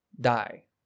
die